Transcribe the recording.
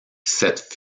cette